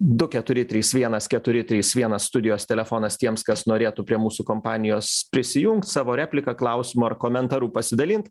du keturi trys vienas keturi trys vienas studijos telefonas tiems kas norėtų prie mūsų kompanijos prisijungt savo replika klausimu ar komentaru pasidalint